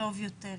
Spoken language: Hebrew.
טוב יותר,